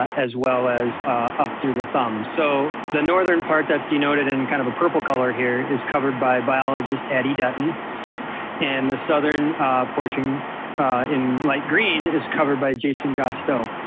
as well as up through the thumb. so the northern part that's denoted in kind of a purple color here is covered by biologists, addie dutton and the southern portion in light green is covered by jason gostiaux.